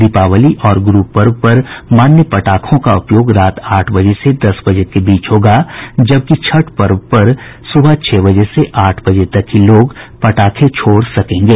दीपावली और गुरू पर्व पर मान्य पटाखों का उपयोग रात आठ बजे से दस बजे के बीच होगा जबकि छठ पर्व पर सुबह छह बजे से आठ बजे तक ही लोग पटाखे छोड़ सकेंगे